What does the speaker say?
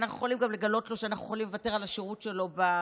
אנחנו גם יכולים לגלות לו שאנחנו יכולים לוותר על השירות שלו בכנסת,